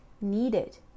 needed